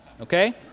Okay